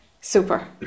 super